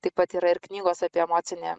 taip pat yra ir knygos apie emocinį